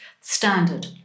standard